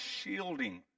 shielding